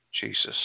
Jesus